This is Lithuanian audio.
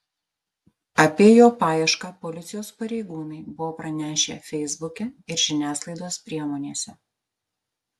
apie jo paiešką policijos pareigūnai buvo pranešę feisbuke ir žiniasklaidos priemonėse